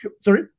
Sorry